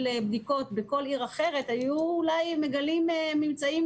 בדיקות בכל עיר אחרת היו אולי מגלים ממצאים